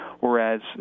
Whereas